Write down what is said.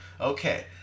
okay